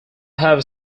have